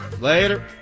Later